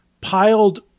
piled